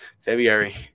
february